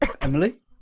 Emily